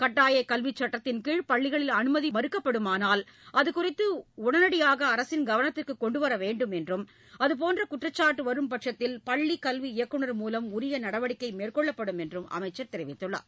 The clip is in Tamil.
கட்டாய கல்வி சட்டத்தின் கீழ் பள்ளிகளில் அனுமதி மறுக்கப்படுமானால் உடனடியாக அதுகுறித்து அரசின் கவனத்திற்கு கொண்டு வர வேண்டும் என்றும் அதுபோன்ற குற்றச்சாட்டு வரும்பட்சத்தில் பள்ளிக் கல்வி இயக்குநர் மூலம் உரிய நடவடிக்கை மேற்கொள்ளப்படும் என்றும் அமைச்சர் தெரிவித்துள்ளார்